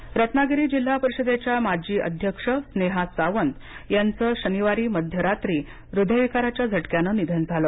स्नेहा सावंत रत्नागिरी जिल्हा परिषदेच्या माजी अध्यक्ष स्नेहा सावंत यांचा शनिवारी मध्यरात्री हृदयविकाराच्या झटक्यानं निधन झालं